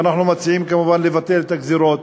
אנחנו מציעים כמובן לבטל את הגזירות,